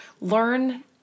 learn